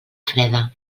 freda